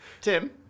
Tim